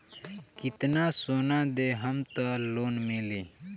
कितना सोना देहम त लोन मिली?